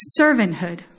servanthood